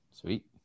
Sweet